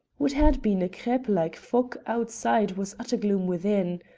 what had been a crepe-like fog outside was utter gloom within.